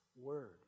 Word